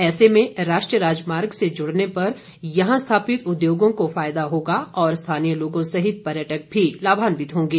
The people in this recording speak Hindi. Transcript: ऐसे में राष्ट्रीय राज मार्ग से जुड़ने पर यहां स्थापित उद्योगों को फायदा होगा ँऔर स्थानीय लोगों सहित पर्यटक भी लाभान्वित होंगे